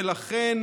ולכן,